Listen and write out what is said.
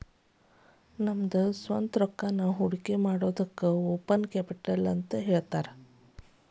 ನಮ್ದ ಸ್ವಂತ್ ರೊಕ್ಕಾನ ಹೊಡ್ಕಿಮಾಡಿದಕ್ಕ ಓನ್ ಕ್ಯಾಪಿಟಲ್ ಅಂತ್ ಹೇಳ್ತಾರ